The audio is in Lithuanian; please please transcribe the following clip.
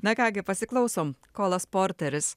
na ką gi pasiklausom kolas porteris